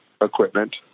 equipment